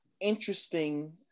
interesting